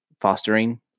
Fostering